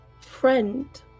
friend